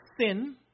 sin